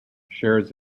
shares